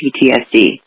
PTSD